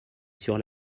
sur